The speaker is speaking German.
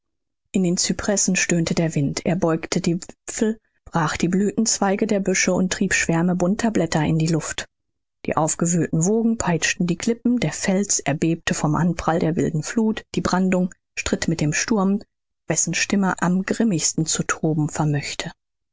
in den cypressen stöhnte der wind er beugte die wipfel brach die blüthenzweige der büsche und trieb schwärme bunter blätter in die luft die aufgewühlten wogen peitschten die klippen der fels erbebte vom anprall der wilden fluth die brandung stritt mit dem sturm wessen stimme am grimmigsten zu tosen vermöchte